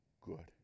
good